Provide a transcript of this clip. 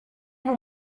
vous